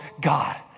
God